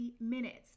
minutes